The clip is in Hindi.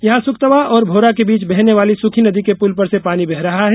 यहां सुखतवा और भोरा के बीच बहने वाली सुखी नदी के पुल पर से पानी बह रहा है